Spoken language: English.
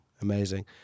Amazing